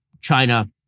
China